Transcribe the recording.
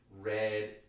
red